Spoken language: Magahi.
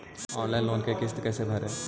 ऑनलाइन लोन के किस्त कैसे भरे?